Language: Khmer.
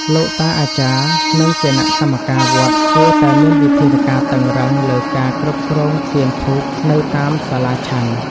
លោកតាអាចារ្យ និងគណៈកម្មការវត្តគួរតែមានវិធានការតឹងរ៉ឹងលើការគ្រប់គ្រងទៀនធូបនៅតាមសាលាឆាន់។